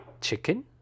chicken